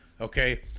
Okay